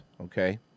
okay